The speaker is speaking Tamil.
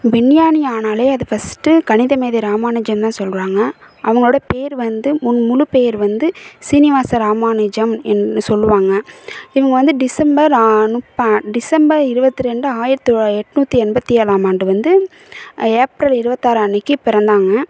விஞ்ஞானி ஆனாலே அது ஃபர்ஸ்ட்டு கணிதமேதை ராமானுஜம் தான் சொல்லுறாங்க அவங்களோட பேர் வந்து முன் முழுப்பேர் வந்து சீனிவாச ராமனுஜம் ன் சொல்லுவாங்க இவங்க வந்து டிசம்பர் டிசம்பர் இருபத்தி ரெண்டு ஆயிரத்து எட்நூற்றி எண்பத்து ஏழாம் ஆண்டு வந்து ஏப்ரல் இருபத்தாறு அன்னக்கு பிறந்தாங்க